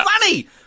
funny